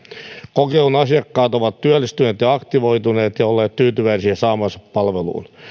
kokeilun asiakkaat ovat työllistyneet ja aktivoituneet ja olleet tyytyväisiä saamaansa palveluun